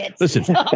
Listen